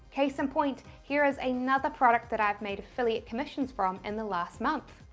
case and point, here is another product that i have made affiliate commissions from in the last month.